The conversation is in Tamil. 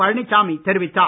பழனிச்சாமி தெரிவித்தார்